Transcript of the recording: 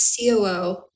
COO